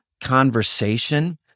conversation